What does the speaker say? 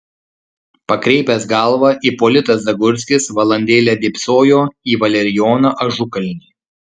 pakreipęs galvą ipolitas zagurskis valandėlę dėbsojo į valerijoną ažukalnį